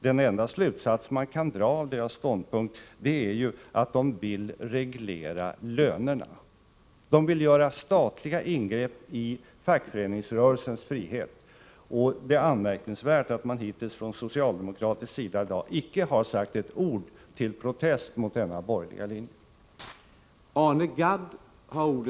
Den enda slutsats man kan dra av deras ståndpunkt är att de vill reglera lönerna. De vill göra statliga ingrepp i fackföreningsrörelsens frihet. Det är anmärkningsvärt att man hittills från socialdemokratisk sida i dag icke har sagt ett ord till protest mot denna borgerliga linje.